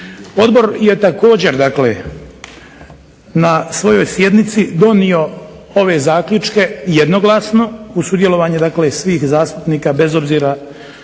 Odbor je također dakle na svojoj sjednici donio ove zaključke jednoglasno, uz sudjelovanje dakle svih zastupnika bez obzira